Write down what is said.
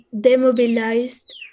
demobilized